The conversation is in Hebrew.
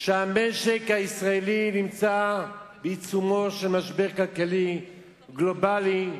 שהמשק הישראלי נמצא בעיצומו של משבר כלכלי גלובלי,